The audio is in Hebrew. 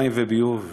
מים וביוב,